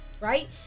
right